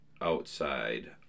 outside